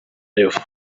level